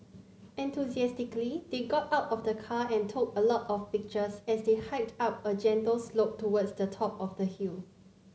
enthusiastically they got out of the car and took a lot of pictures as they hiked up a gentle slope towards the top of the hill